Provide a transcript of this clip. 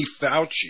Fauci